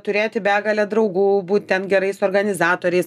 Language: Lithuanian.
turėti begalę draugų būt ten gerais organizatoriais